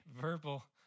verbal